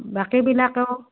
বাকীবিলাকেও